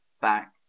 back